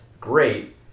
great